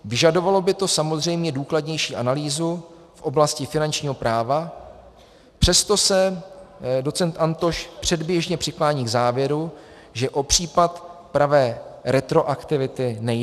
Vyžadovalo by to samozřejmě důkladnější analýzu v oblasti finančního práva, přesto se docent Antoš předběžně přiklání k závěru, že o případ pravé retroaktivity nejde.